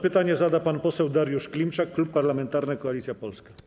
Pytanie zada pan poseł Dariusz Klimczak, Klub Parlamentarny Koalicja Polska.